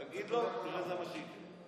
תגיד לו, ותראה שזה מה שיקרה.